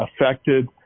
affected